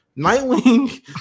Nightwing